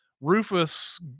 Rufus